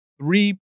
three